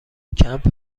کمپ